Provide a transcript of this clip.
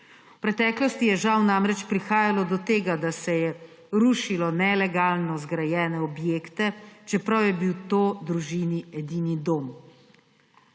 V preteklosti je žal namreč prihajalo do tega, da se je rušilo nelegalno zgrajene objekte, čeprav je bil to družini edini dom.